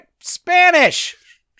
Spanish